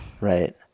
Right